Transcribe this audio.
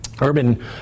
urban